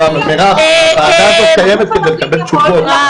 מירב, הוועדה הזאת קיימת כדי לקבל תשובות.